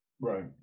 Right